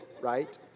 right